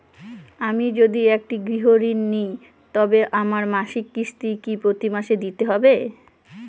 আমি যদি একটি গৃহঋণ নিই তবে আমার মাসিক কিস্তি কি প্রতি মাসে দিতে হবে?